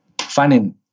finding